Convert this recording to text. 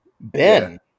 Ben